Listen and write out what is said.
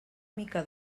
mica